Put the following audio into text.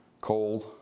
cold